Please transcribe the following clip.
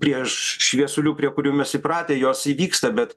prieš šviesulių prie kurių mes įpratę jos įvyksta bet